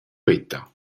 veta